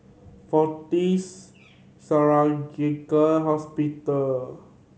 Fortis Surgical Hospital